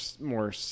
more